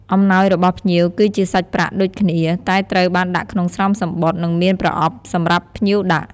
អំណោយរបស់ភ្ញៀវ គឺជាសាច់ប្រាក់ដូចគ្នា តែត្រូវបានដាក់ក្នុងស្រោមសំបុត្រ និងមានប្រអប់សម្រាប់ភ្ញៀវដាក់។